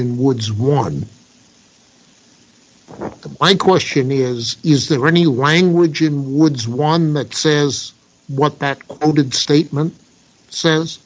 in woods one of my question is is there any language in woods won that says what that statement s